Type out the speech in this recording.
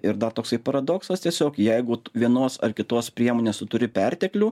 ir dar toksai paradoksas tiesiog jeigu vat vienos ar kitos priemonės tu turi perteklių